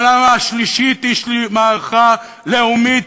אבל השלישית היא מערכה לאומית,